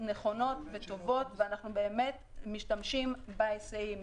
נכונות וטובות ואנחנו באמת משתמשים בהיסעים,